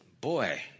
Boy